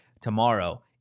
tomorrow